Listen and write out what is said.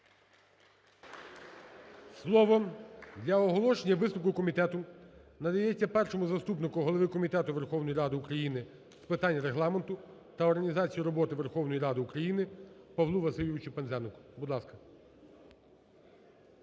Слово для оголошення висновку комітету надається першому заступнику голови Комітету Верховної Ради України з питань Регламенту та організації роботи Верховної Ради України Павлу Васильовичу Пинзенику. Будь ласка.